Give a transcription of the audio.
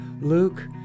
Luke